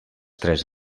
tres